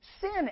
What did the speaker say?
Sin